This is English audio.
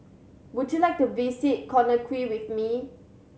would you like to visit Conakry with me